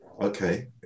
okay